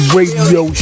Radio